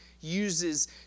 uses